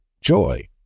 joy